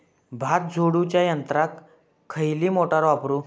भात झोडूच्या यंत्राक खयली मोटार वापरू?